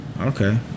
Okay